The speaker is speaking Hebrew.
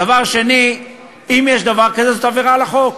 דבר שני, אם יש דבר כזה, זאת עבירה על החוק.